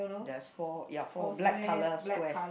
there's four ya four black colour squares